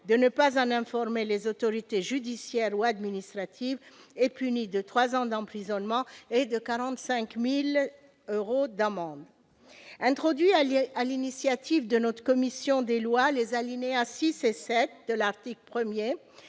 de ne pas en informer les autorités judiciaires ou administratives est puni de trois ans d'emprisonnement et de 45 000 euros d'amende ». Introduit sur l'initiative de notre commission des lois, les alinéas 6 et 7 de l'article 1